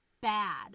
bad